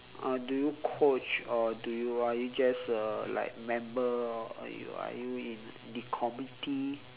uh do you coach or do you are you just a like member or are you are you in the committee